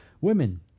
Women